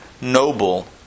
noble